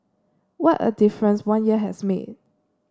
what a difference one year has made